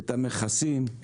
את המכסים,